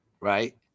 right